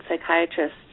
psychiatrist